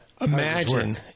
imagine